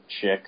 chick